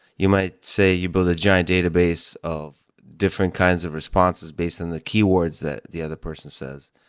you might say you build a giant database of different kinds of responses based on the keywords that the other person says,